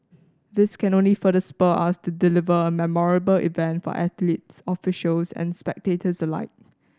this can only further spur us to deliver a memorable event for athletes officials and spectators alike